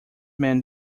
man